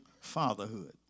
fatherhood